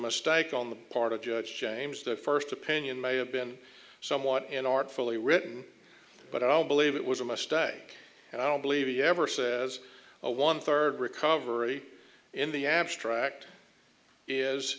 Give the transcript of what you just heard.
mistake on the part of judge james the first opinion may have been somewhat and artfully written but i'll believe it was a mistake and i don't believe he ever says a one third recovery in the abstract is